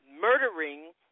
murdering